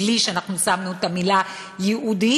בלי שאנחנו שמנו את המילה "ייעודית",